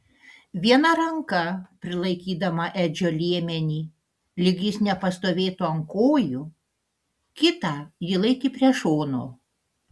viena ranka prilaikydama edžio liemenį lyg jis nepastovėtų ant kojų kitą ji laikė prie šono